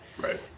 right